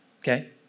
Okay